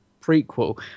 prequel